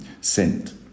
sent